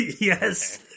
Yes